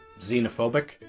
xenophobic